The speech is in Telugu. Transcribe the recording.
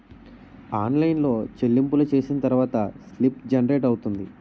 ఆన్లైన్ చెల్లింపులు చేసిన తర్వాత స్లిప్ జనరేట్ అవుతుంది